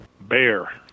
bear